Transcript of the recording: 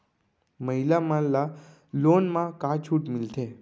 महिला मन ला लोन मा का छूट मिलथे?